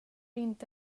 inte